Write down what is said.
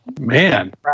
Man